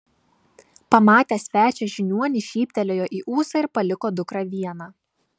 pamatęs svečią žiniuonis šyptelėjo į ūsą ir paliko dukrą vieną